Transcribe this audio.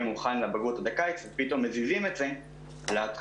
מוכן לבגרות עד הקיץ ופתאום מזיזים את זה להתחלה,